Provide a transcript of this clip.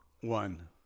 one